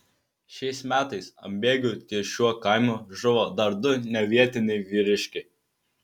šiais metais ant bėgių ties šiuo kaimu žuvo dar du nevietiniai vyriškiai